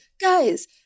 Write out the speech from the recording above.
guys